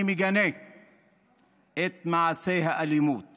אני מגנה את מעשי האלימות